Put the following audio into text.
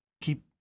keep